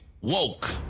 Woke